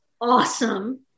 awesome